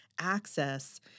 access